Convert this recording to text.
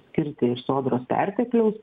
skirti iš sodros pertekliaus